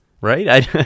right